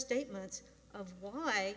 statements of why